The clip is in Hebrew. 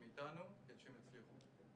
מאיתנו כדי שהם יצליחו.